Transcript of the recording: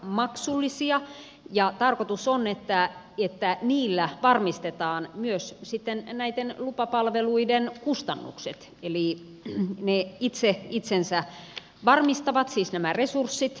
nehän ovat maksullisia ja tarkoitus on että niillä varmistetaan myös sitten näitten lupapalveluiden kustannukset eli ne itse itsensä varmistavat siis nämä resurssit